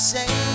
Say